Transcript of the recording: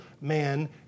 man